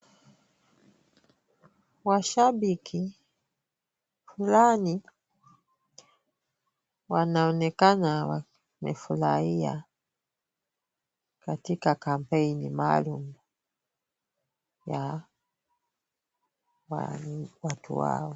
Washabiki fulani wanaonekana wamefurahia katika kampeni maalum ya watu wao.